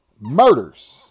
murders